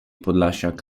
podlasiak